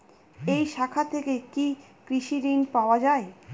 এই শাখা থেকে কি কৃষি ঋণ পাওয়া যায়?